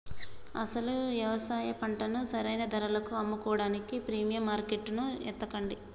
అసలు యవసాయ పంటను సరైన ధరలకు అమ్ముకోడానికి ప్రీమియం మార్కేట్టును ఎతకండి